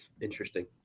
Interesting